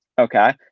Okay